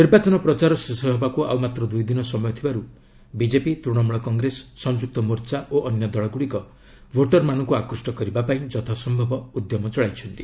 ନିର୍ବାଚନ ପ୍ରଚାର ଶେଷ ହେବାକୁ ଆଉ ମାତ୍ର ଦୁଇଦିନ ସମୟ ଥିବାରୁ ବିଜେବି ତୂଣମୂଳ କଂଗ୍ରେସ ସଂଯୁକ୍ତ ମୋର୍ଚ୍ଚା ଓ ଅନ୍ୟ ଦଳଗୁଡ଼ିକ ଭୋଟରମାନଙ୍କୁ ଆକୁଷ୍ଟ କରିବା ପାଇଁ ଯଥାସ୍ଥବ ଉଦ୍ୟମ ଚଳାଇଛନ୍ତି